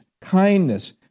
kindness